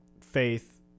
faith